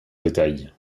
détail